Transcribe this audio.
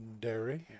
dairy